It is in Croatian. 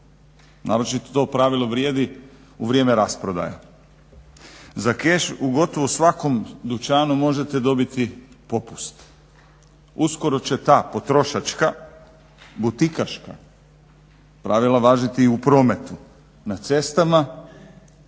Naročito to pravilo vrijedi u vrijeme rasprodaja. Za keš u gotovo svakom dućanu možete dobiti popust. Uskoro će ta potrošačka butikaška pravila važiti i u prometu, na cestama i na